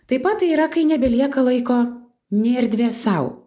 taip pat tai yra kai nebelieka laiko nei erdvės sau